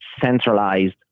centralized